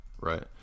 right